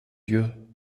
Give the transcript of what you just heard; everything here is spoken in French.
dieu